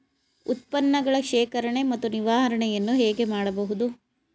ಉತ್ಪನ್ನಗಳ ಶೇಖರಣೆ ಮತ್ತು ನಿವಾರಣೆಯನ್ನು ಹೇಗೆ ಮಾಡಬಹುದು?